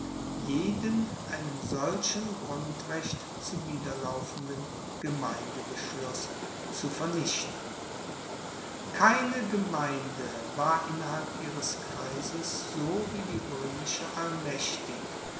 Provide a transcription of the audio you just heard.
jeden einem solchen grundrecht zuwiderlaufenden gemeindebeschluss zu vernichten keine gemeinde war innerhalb ihres kreises so wie die roemische